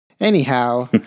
Anyhow